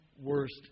worst